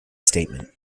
statement